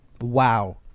Wow